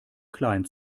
klein